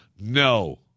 No